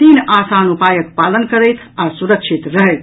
तीन आसान उपायक पालन करथि आ सुरक्षित रहथि